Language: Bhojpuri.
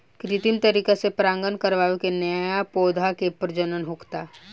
कृत्रिम तरीका से परागण करवा के न्या पौधा के प्रजनन होखता